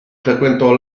frequentò